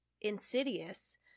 Insidious